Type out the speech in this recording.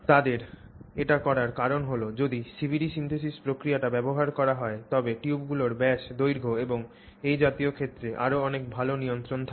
তাদের এটি করার কারণ হল যদি CVD synthesis প্রক্রিয়াটি ব্যবহার করা হয় তখন টিউবগুলির ব্যাস দৈর্ঘ্য এবং এই জাতীয় ক্ষেত্রে আরও অনেক ভাল নিয়ন্ত্রণ থাকে